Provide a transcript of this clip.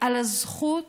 על הזכות